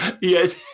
Yes